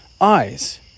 eyes